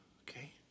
okay